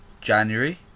January